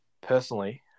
Personally